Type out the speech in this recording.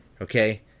okay